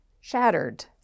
shattered